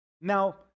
Now